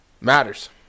Matters